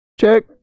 Check